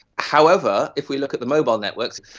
however, if we look at the mobile networks,